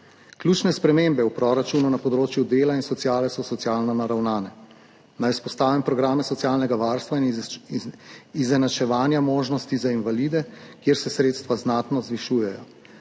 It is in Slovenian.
Ključne spremembe v proračunu na področju dela in sociale so socialno naravnane. Naj izpostavim programe socialnega varstva in izenačevanja možnosti za invalide, kjer se sredstva znatno zvišujejo,